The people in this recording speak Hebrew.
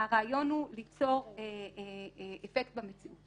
הרעיון הוא ליצור אפקט במציאות,